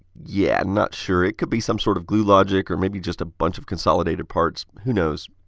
yeah, not sure. it could be some sort of glue logic or maybe just a bunch of consolidated parts. who knows.